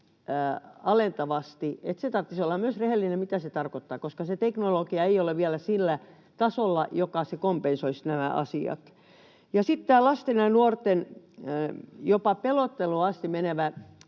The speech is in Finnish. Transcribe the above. alentavasti, että tarvitsisi olla myös rehellinen, mitä se tarkoittaa, koska se teknologia ei ole vielä sillä tasolla, joka kompensoisi nämä asiat. Sitten tähän lasten ja nuorten jopa pelotteluun asti menevään